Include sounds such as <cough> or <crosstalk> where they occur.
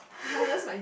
<laughs>